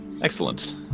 excellent